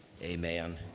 Amen